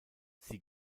sie